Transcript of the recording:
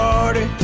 Party